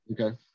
okay